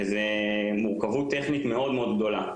ומדובר במורכבות טכנית מאוד גדולה.